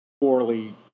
poorly